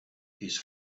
his